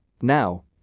Now